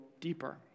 deeper